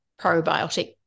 probiotic